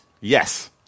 Yes